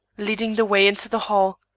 leading the way into the hall.